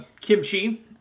Kimchi